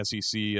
SEC